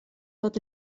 fod